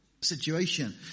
situation